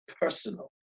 personal